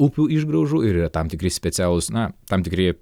upių išgraužų ir yra tam tikri specialūs na tam tikri